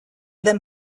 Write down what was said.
then